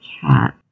cat